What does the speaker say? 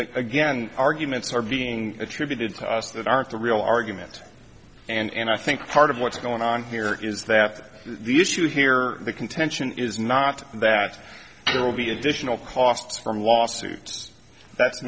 again arguments are being attributed to us that aren't the real argument and i think part of what's going on here is that the issue here the contention is not that there will be additional costs from lawsuits that's